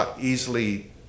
easily